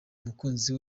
umukunzi